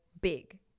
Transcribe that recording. big